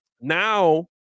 now